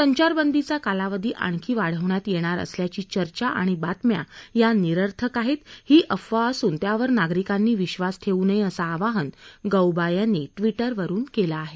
संचारबंदीचा कालावधी आणखी वाढवण्यात येणार असल्याची चर्चा आणि बातम्या या निरर्थक आहेत ही अफवा असून त्यावर नागरिकांनी विद्वास ठेवू नये असं आवाहन गौबा यांनी ट्विटरवरून केलं आहे